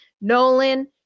Nolan